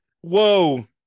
Whoa